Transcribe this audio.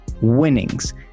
Winnings